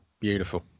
Beautiful